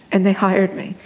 and they hired me.